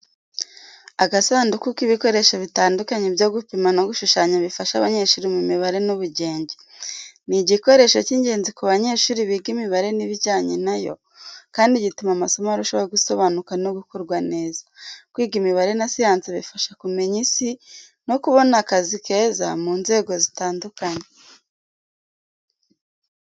Agasandu k’ibikoresho bitandukanye byo gupima no gushushanya bifasha abanyeshuri mu mibare n’ubugenge. Ni igikoresho cy'ingenzi ku banyeshuri biga imibare n'ibijyanye na yo, kandi gituma amasomo arushaho gusobanuka no gukorwa neza. Kwiga imibare na siyansi bifasha kumenya isi no kubona akazi keza mu nzego zitandukanye.